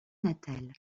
natal